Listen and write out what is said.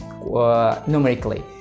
numerically